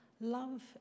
love